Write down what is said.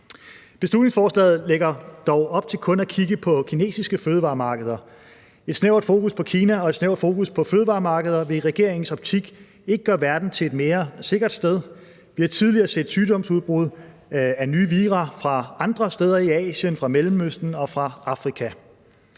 Beslutningsforslaget lægger dog op til kun at kigge på kinesiske fødevaremarkeder. Et snævert fokus på Kina og et snævert fokus på fødevaremarkeder vil i regeringens optik ikke gøre verden til et mere sikkert sted. Vi har tidligere set sygdomsudbrud af nye vira fra andre steder i Asien, fra Mellemøsten og fra